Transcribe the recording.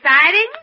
exciting